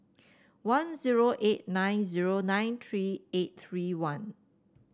one zero eight nine zero nine three eight three one